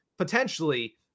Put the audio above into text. potentially